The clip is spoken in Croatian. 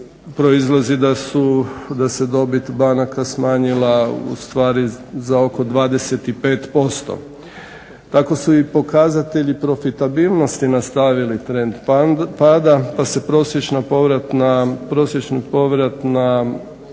proizlazi da se dobit banaka smanjila ustvari za oko 25%. Tako su i pokazatelji profitabilnosti nastavili trend pada pa se prosječna povratna